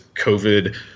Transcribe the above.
COVID